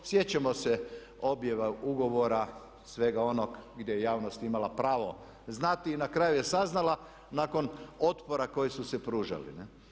Sjećamo se objava ugovora, svega onog gdje je javnost imala pravo znati i na kraju je saznala nakon otpora koji su se pružali.